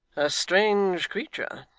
strange creature,